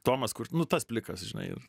tomas kur nu tas plikas žinai